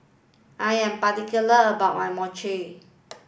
I am particular about my Mochi